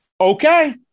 okay